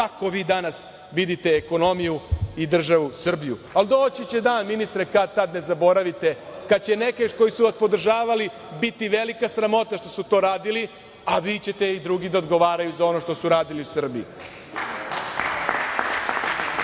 Tako vi danas vidite ekonomiju i državu Srbiju. Ali, doći će dan, ministre, kad-tad, kad će neke koji su vas podržavali biti velika sramota što su to radili, a vi i drugi ćete da odgovarate za ono što ste radili u